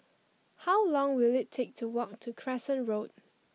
how long will it take to walk to Crescent Road